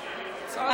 לצערי הרב.